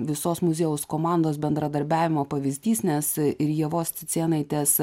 visos muziejaus komandos bendradarbiavimo pavyzdys nes ir ievos cicėnaitės